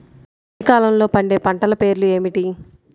చలికాలంలో పండే పంటల పేర్లు ఏమిటీ?